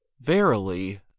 verily